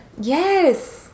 Yes